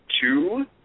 two